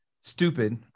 stupid